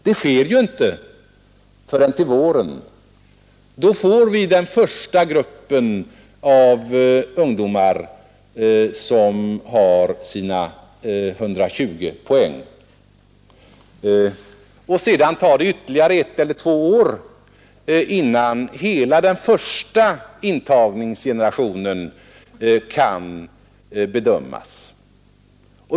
Det sker inte förrän till våren då vi får den första gruppen av ungdomar som har sina 120 poäng. Sedan tar det ytterligare ett eller två år innan hela den första intagningsgenerationen kan bedömas.